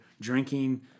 drinking